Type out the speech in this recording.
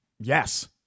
yes